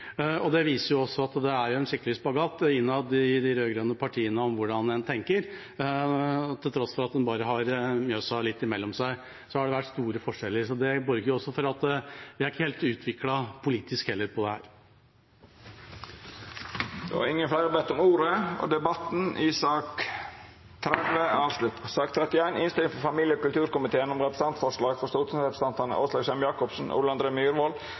Det viser at det er en skikkelig spagat innad i de rød-grønne partiene om hvordan en tenker. Til tross for at en bare har Mjøsa mellom seg, har det vært store forskjeller. Det borger for at vi ikke politisk er helt utviklet her. Fleire har ikkje bedt om ordet til sak nr. 30. Etter ynske frå familie- og kulturkomiteen vil presidenten ordna debatten slik: 3 minutt til kvar partigruppe og